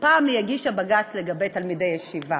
שפעם היא הגישה בג"ץ לגבי תלמידי ישיבה.